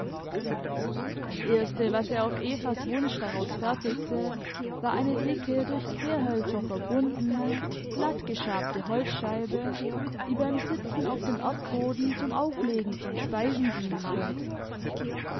das erste was er auf evas wunsch daraus fertigte war eine dicke durch querhölzer verbundene glattgeschabte holzscheibe die beim sitzen auf dem erdboden zum auflegen von speisen dienen sollte